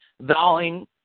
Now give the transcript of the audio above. vowing